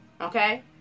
Okay